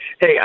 Hey